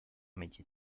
métier